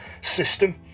system